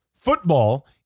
football